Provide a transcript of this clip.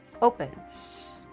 opens